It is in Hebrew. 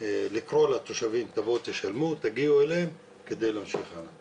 ומאז כמעט